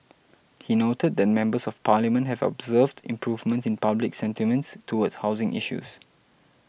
he noted that Members of Parliament have observed improvements in public sentiments towards housing issues